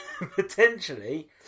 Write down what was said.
Potentially